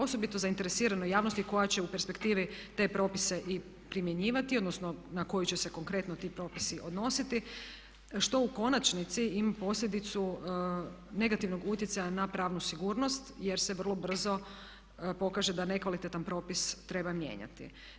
Osobito zainteresiranoj javnosti koja će u perspektivi te propise i primjenjivati odnosno na koju će se konkretno ti propisi odnositi, što u konačnici ima posljedicu negativnog utjecaja na pravnu sigurnost jer se vrlo brzo pokaže da nekvalitetan propis treba mijenjati.